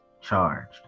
charged